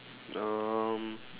um